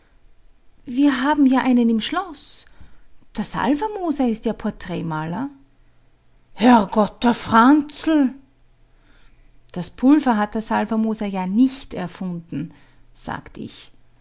wir haben ja einen im schloß der salvermoser ist ja porträtmaler herrgott der franzl das pulver hat der salvermoser ja nicht erfunden sagt ich